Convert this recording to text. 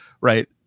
right